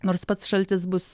nors pats šaltis bus